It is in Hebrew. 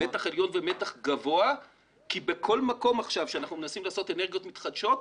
מתח עליון ומתח גבוה כי בכל מקום שאנחנו מנסים לעשות אנרגיות מתחדשות,